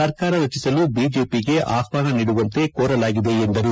ಸರ್ಕಾರ ರಚಿಸಲು ಬಿಜೆಪಿಗೆ ಆಹ್ವಾನ ನೀಡುವಂತೆ ಕೋರಲಾಗಿದೆ ಎಂದರು